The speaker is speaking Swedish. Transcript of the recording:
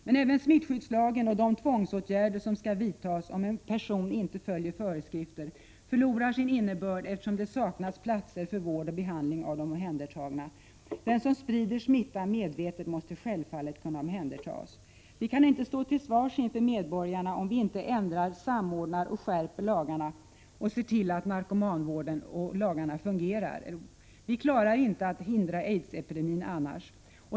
Men även smittskyddslagen och de tvångsåtgärder som skall vidtas om en person inte följer föreskrifter förlorar sin innebörd, eftersom det saknas platser för vård och behandling av de omhändertagna. Den som medvetet sprider smitta måste självfallet kunna omhändertas. Vi kan inte stå till svars inför medborgarna om vi inte ändrar, samordnar och skärper lagarna samt ser till att narkomanvården och lagarna fungerar. Annars klarar vi inte att hindra aidsepidemin.